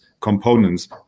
components